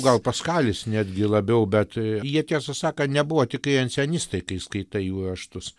gal paskalis netgi labiau bet jie tiesą sakant nebuvo tikrai ancenis tai kai skaitai jų raštus